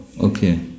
okay